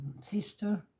sister